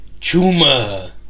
Chuma